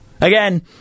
Again